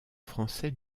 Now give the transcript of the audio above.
français